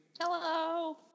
hello